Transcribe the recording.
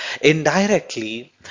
Indirectly